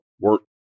work